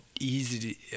easy